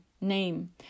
name